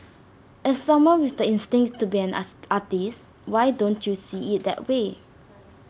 as someone with the instinct to be an artist why don't you see IT that way